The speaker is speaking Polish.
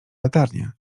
latarnię